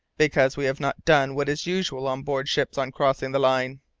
because we have not done what is usual on board ships on crossing the line!